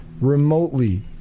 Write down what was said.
remotely